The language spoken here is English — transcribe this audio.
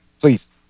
Please